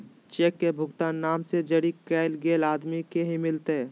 cheque के भुगतान नाम से जरी कैल गेल आदमी के ही मिलते